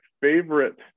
favorite